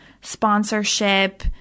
sponsorship